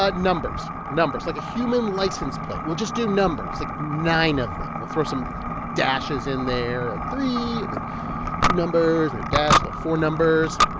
ah numbers. numbers like, a human license plate. we'll just do numbers, like, nine of them. we'll throw some dashes in there like, three and then two numbers and a dash, then but four numbers.